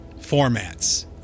formats